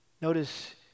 Notice